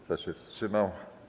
Kto się wstrzymał?